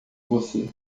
você